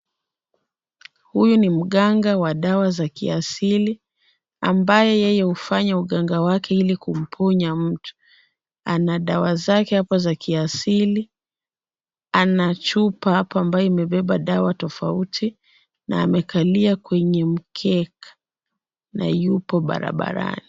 Huyu ni mganga wa dawa za kiasili ambaye hufanya uganga wake ili kumponya mtu. Ana dawa zake za kiasili , ana chupa hapa ambayo imebeba dawa tofauti na amekalia kwenye mkeka na yupo barabarani.